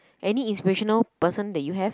any inspirational person that you have